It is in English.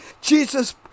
Jesus